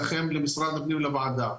הראשונה,